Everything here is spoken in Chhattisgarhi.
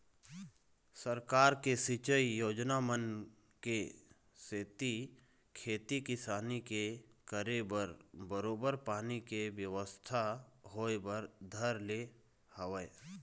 सरकार के सिंचई योजना मन के सेती खेती किसानी के करे बर बरोबर पानी के बेवस्था होय बर धर ले हवय